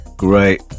Great